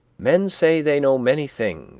men say they know many things